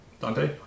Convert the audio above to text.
Dante